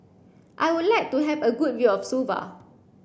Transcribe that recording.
I would like to have a good view of Suva